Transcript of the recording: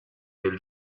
del